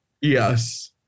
Yes